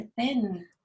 thin